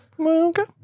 Okay